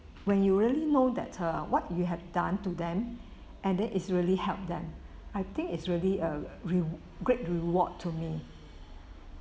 when you really know that uh what you have done to them and then is really help them I think it's really a re~ a great reward to me